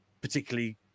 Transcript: particularly